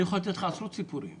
אני יכול לתת לך עשרות סיפורים.